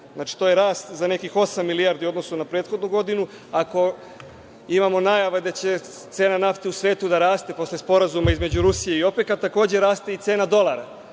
Znači, to je rast za nekih osam milijardi u odnosu na prethodnu godinu. Ako imamo najave da će cena nafte u svetu da raste posle sporazuma između Rusije i OPK, takođe raste i cena dolara,